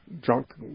drunk